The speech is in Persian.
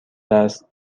دست